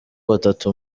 batatu